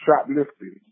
shoplifting